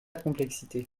complexité